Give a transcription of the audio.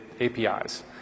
APIs